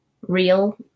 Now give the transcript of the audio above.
real